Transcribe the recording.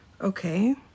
okay